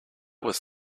was